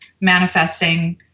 manifesting